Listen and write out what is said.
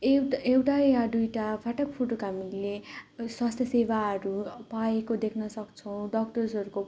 ए एउटा एउटा वा दुइवटा फाटक फुटुक हामीले स्वास्थ्य सेवाहरू भएको देख्न सक्छौँ डाक्टर्सहरूको